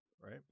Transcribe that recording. right